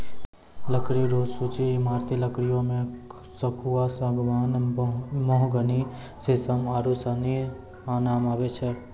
लकड़ी रो सूची ईमारती लकड़ियो मे सखूआ, सागमान, मोहगनी, सिसम आरू सनी नाम आबै छै